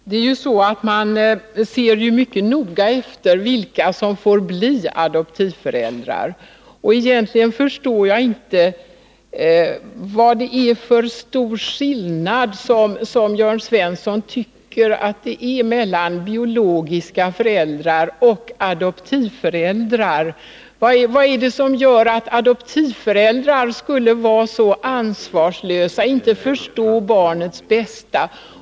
Herr talman! Man ser mycket noga efter vilka som får bli adoptivföräldrar. Egentligen förstår jag inte vad det är för stor skillnad som Jörn Svensson tycker att det är mellan biologiska föräldrar och adoptivföräldrar. Vad är det som gör att adoptivföräldrar skulle vara så ansvarslösa och inte förstå barnets bästa?